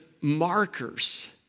markers